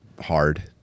Hard